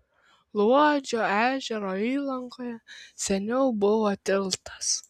luodžio ežero įlankoje seniau buvo tiltas